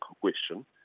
question